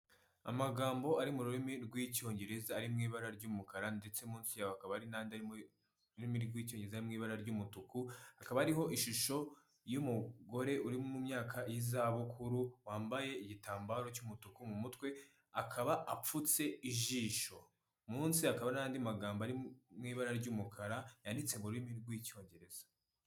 Amagambo ari mu rurimi rw'icyongereza ari mu ibara ry'umukara ndetse munsi yaho hakaba hari n'andi ari mu rurimi rw'icyongereza mu ibara ry'umutuku, hakaba hariho ishusho y'umugore uri mu myaka y'izabukuru, wambaye igitambaro cy'umutuku mu mutwe. Akaba apfutse ijisho, munsi hakaba n'andi magambo ari mu'ibara ry'umukara yanditse mu rurimi rw'icyongereza.